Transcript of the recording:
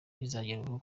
bizagerwaho